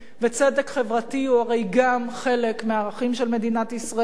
וצדק חברתי הוא הרי גם חלק מהערכים של מדינת ישראל,